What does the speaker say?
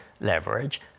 leverage